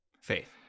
Faith